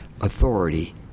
Authority